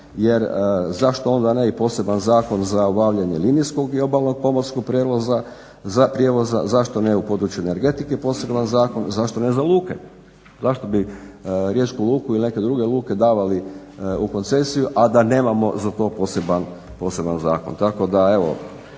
Jer zašto onda ne bi poseban zakon za obavljanje linijskog i obalnog pomorskog prijevoza, zašto ne u području energetike poseban zakon, zašto ne za luke. Zašto bi riječku luku ili neke druge luke davali u koncesiju, a da nemamo za to poseban zakon.